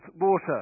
water